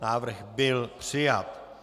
Návrh byl přijat.